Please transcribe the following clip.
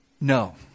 No